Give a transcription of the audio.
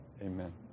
Amen